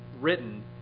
written